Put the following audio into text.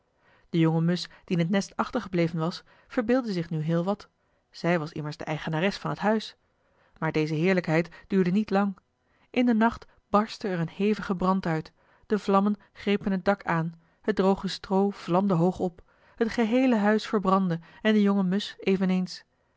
de jonge musch die in het nest achtergebleven was verbeeldde zich nu heel wat zij was immers de eigenares van het huis maar deze heerlijkheid duurde niet lang in den nacht barstte er een hevige brand uit de vlammen grepen het dak aan het droge stroo vlamde hoog op het geheele huis verbrandde en de jonge musch eveneens